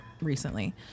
recently